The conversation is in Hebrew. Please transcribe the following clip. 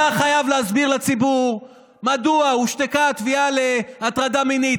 אתה חייב להסביר לציבור מדוע הושתקה התביעה להטרדה מינית,